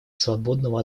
свободного